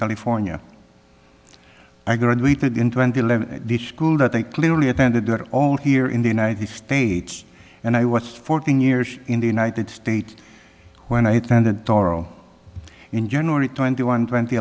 california i graduated in twenty that they clearly attended all here in the united states and i was fourteen years in the united states when i attended toral in generally twenty one twenty